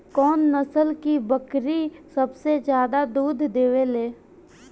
कौन नस्ल की बकरी सबसे ज्यादा दूध देवेले?